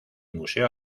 museo